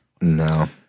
No